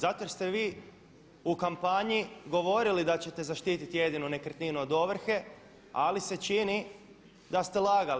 Zato jer ste vi u kampanji govorili da ćete zaštiti jedinu nekretninu od ovrhe ali se čini da ste lagali.